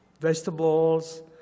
vegetables